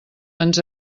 ens